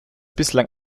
bislang